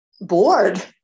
bored